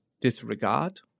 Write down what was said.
disregard